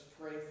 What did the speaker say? pray